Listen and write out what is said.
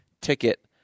ticket